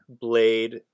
Blade